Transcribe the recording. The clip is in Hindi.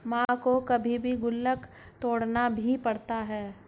मां को कभी कभी गुल्लक तोड़ना भी पड़ता है